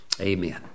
Amen